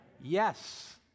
Yes